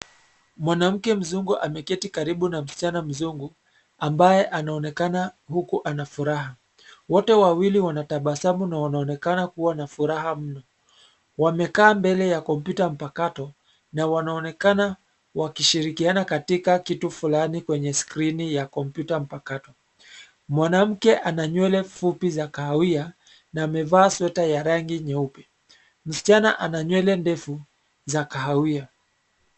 Mwanamke mzungu ameketi karibu na msichana mzungu, ambaye anaonekana huku ana furaha. Wote wawili wanatabasamu na wanaonekana kuwa na furaha mno. Wamekaa mbele ya kompyuta mpakato na wanaonekana wakishirikiana katika kitu fulani kwenye skrini ya kompyuta mpakato. Mwanamke ana nywele fupi za kahawia na amevaa sweta ya rangi nyeupe. Msichana ana nywele ndefu, za kahawia.